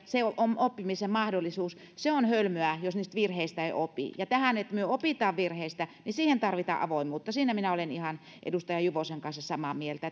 se on oppimisen mahdollisuus se on hölmöä jos niistä virheistä ei opi siihen että me opimme virheistä tarvitaan avoimuutta siinä minä olen edustaja juvosen kanssa ihan samaa mieltä